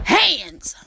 hands